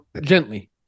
gently